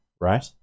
right